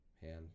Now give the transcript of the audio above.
hand